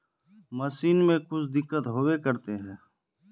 Machine में कुछ दिक्कत होबे करते है?